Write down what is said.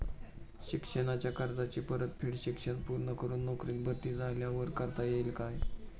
शिक्षणाच्या कर्जाची परतफेड शिक्षण पूर्ण करून नोकरीत भरती झाल्यावर करता येईल काय?